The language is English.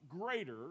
greater